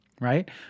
right